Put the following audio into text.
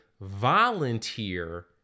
volunteer